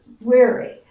weary